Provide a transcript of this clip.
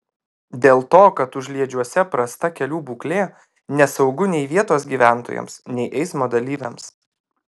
dėl to kad užliedžiuose prasta kelių būklė nesaugu nei vietos gyventojams nei eismo dalyviams